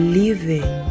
living